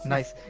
Nice